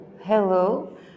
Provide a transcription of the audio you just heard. hello